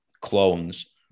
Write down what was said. clones